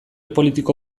politiko